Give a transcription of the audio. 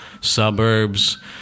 suburbs